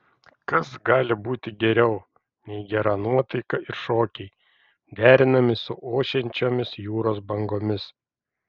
kas gali būti geriau nei gera nuotaika ir šokiai derinami su ošiančiomis jūros bangomis